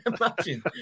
imagine